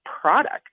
product